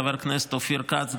חבר הכנסת אופיר כץ,